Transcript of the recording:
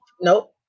nope